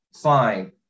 fine